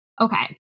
Okay